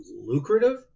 lucrative